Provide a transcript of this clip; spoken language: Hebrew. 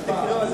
הצבעה.